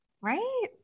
Right